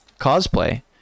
cosplay